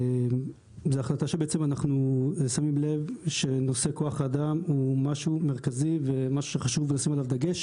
זו החלטה ששמנו לב שנושא כוח האדם הוא משהו מרכזי וחשוב לשים עליו דגש,